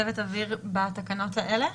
צוות אוויר בתקנות האלה?